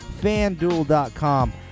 FanDuel.com